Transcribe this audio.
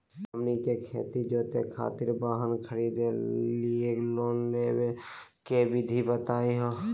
हमनी के खेत जोते खातीर वाहन खरीदे लिये लोन लेवे के विधि बताही हो?